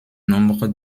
nombre